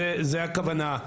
זו הכוונה.